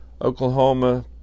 oklahoma